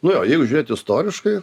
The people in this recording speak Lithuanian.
nu jo jeigu žiūrėt istoriškai